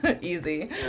easy